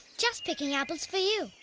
just picking apples for you.